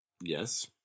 Yes